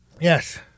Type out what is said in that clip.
Yes